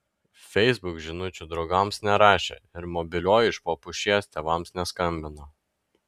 facebook žinučių draugams nerašė ir mobiliuoju iš po pušies tėvams neskambino